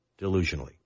delusionally